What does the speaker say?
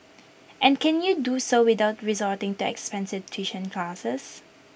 and can they do so without resorting to expensive tuition classes